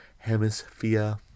hemisphere